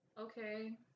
Okay